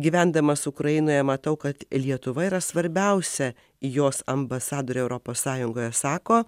gyvendamas ukrainoje matau kad lietuva yra svarbiausia jos ambasadorė europos sąjungoje sako